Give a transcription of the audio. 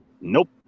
Nope